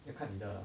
要看你的